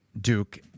Duke